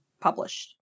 published